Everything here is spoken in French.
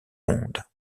monde